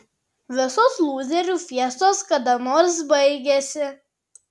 visos lūzerių fiestos kada nors baigiasi